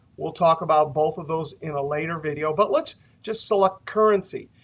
we'll talk about both of those in a later video. but let's just select currency.